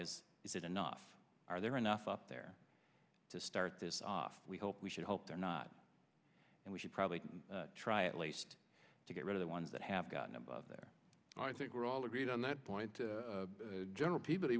is is it enough are there enough up there to start this off we hope we should hope they're not and we should probably try at least to get rid of the ones that have gotten above their i think we're all agreed on that point general pe